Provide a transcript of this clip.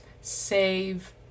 save